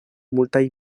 multaj